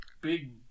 big